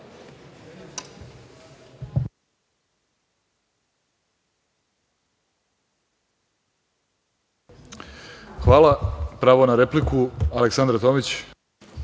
Hvala. Pravo na repliku, Aleksandra Tomić.